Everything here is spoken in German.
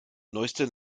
neueste